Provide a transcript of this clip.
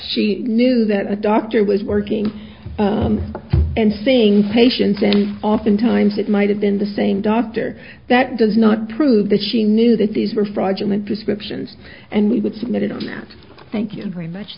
she knew that a doctor was working and seeing patients and oftentimes it might have been the same doctor that does not prove that she knew that these were fraudulent prescriptions and we would submit it thank you very much